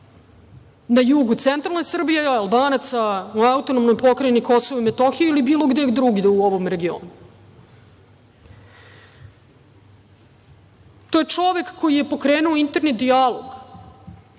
na jugu centralne Srbije, Albanaca u AP Kosovo i Metohija ili bilo gde drugde u ovom regionu. To je čovek koji je pokrenuo interni dijalog